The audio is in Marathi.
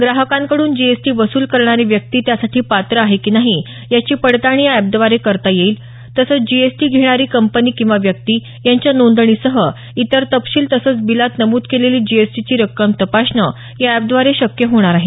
ग्राहकांकडून जीएसटी वसूल करणारी व्यक्ती त्यासाठी पात्र आहे की नाही याची पडताळणी या अॅपद्वारे करता येईल तसंच जीएसटी घेणारी कंपनी किंवा व्यक्ती यांच्या नोंदणीसह इतर तपशील तसंच बिलात नमूद केलेली जीएसटीची रक्कम तपासणं या अॅपद्वारे शक्य होणार आहे